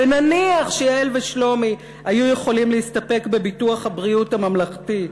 ונניח שיעל ושלומי היו יכולים להסתפק בביטוח הבריאות הממלכתי,